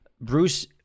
Bruce